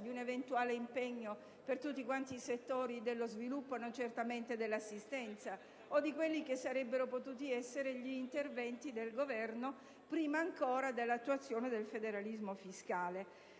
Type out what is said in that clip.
di un eventuale impegno per tutti i settori dello sviluppo, non certamente dell'assistenza, o di quelli che sarebbero potuti essere gli interventi del Governo prima ancora dell'attuazione del federalismo fiscale.